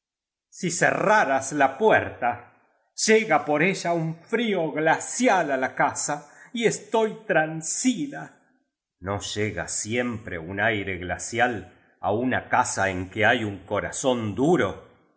si cerraras la puerta llega por ella un frío glacial á la casa y estoy transida no llega siempre un aire glacial á una casa en que hay un corazón duro